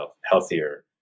healthier